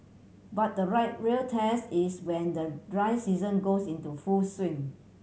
but the real real test is when the dry season goes into full swing